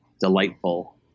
delightful